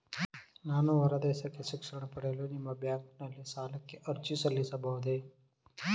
ನಾನು ಹೊರದೇಶಕ್ಕೆ ಶಿಕ್ಷಣ ಪಡೆಯಲು ನಿಮ್ಮ ಬ್ಯಾಂಕಿನಲ್ಲಿ ಸಾಲಕ್ಕೆ ಅರ್ಜಿ ಸಲ್ಲಿಸಬಹುದೇ?